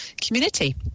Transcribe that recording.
community